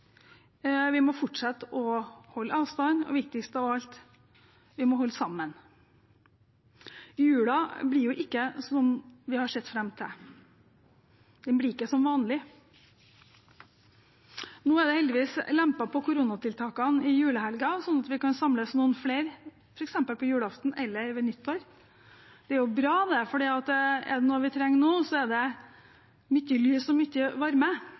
Vi må fortsette å holde avstand, og – viktigst av alt – vi må holde sammen. Julen blir ikke som vi har sett fram til. Den blir ikke som vanlig. Nå er det heldigvis lempet på koronatiltakene i julehelgen, sånn at vi kan samles noen flere, f.eks. på julaften eller ved nyttår. Det er bra, for er det noe vi trenger nå, er det «myttji lys og myttji varme»